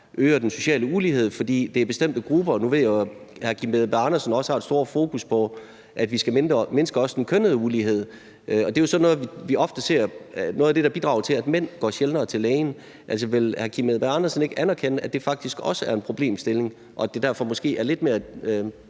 øger den sociale ulighed i nogle bestemte grupper. Nu ved jeg jo, at hr. Kim Edberg Andersen har et stort fokus på, at vi også skal mindske den kønnede ulighed. Det er jo sådan noget, vi ofte ser er noget af det, der bidrager til, at mænd sjældnere går til lægen. Vil hr. Kim Edberg Andersen ikke anerkende, at det faktisk også er en problemstilling, og at det derfor måske er lidt mere